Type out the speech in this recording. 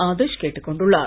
ஆதர்ஷ் கேட்டுக் கொண்டுள்ளார்